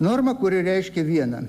norma kuri reiškia vieną